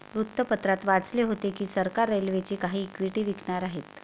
वृत्तपत्रात वाचले होते की सरकार रेल्वेची काही इक्विटी विकणार आहे